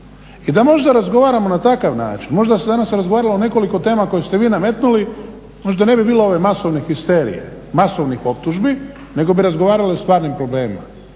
I da možda razgovaramo na takav način, možda se danas razgovaralo o nekoliko tema koje ste vi nametnuli, možda ne bi bilo ove masovne histerije, masovnih optužbi nego bi razgovarali o stvarnim problemima.